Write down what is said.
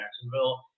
Jacksonville